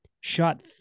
shot